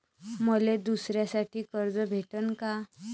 मले दसऱ्यासाठी कर्ज भेटन का?